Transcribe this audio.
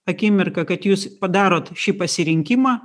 akimirką kad jūs padarot šį pasirinkimą